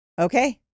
Okay